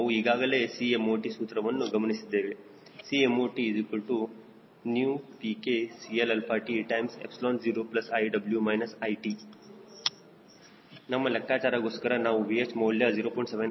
ನಾವು ಈಗಾಗಲೇ 𝐶mot ಸೂತ್ರವನ್ನು ಗಮನಿಸಿದ್ದೇವೆ 𝐶mot 𝜂𝑉K𝐶Lαt𝜖0 𝑖w − 𝑖t ನಮ್ಮ ಲೆಕ್ಕಾಚಾರಗೋಸ್ಕರ ನಾವು VH ಮೌಲ್ಯ 0